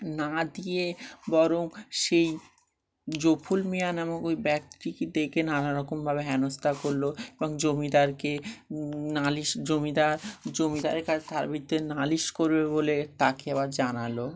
না দিয়ে বরং সেই গফুর মিয়াঁ নামক ওই ব্যক্তটিকে ডেকে নানারকমভাবে হেনস্থা করলো এবং জমিদারকে নালিশ জমিদার জমিদারের কাছে তার বিরুদ্ধে নালিশ করবে বলে তাকে আবার জানালো